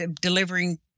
delivering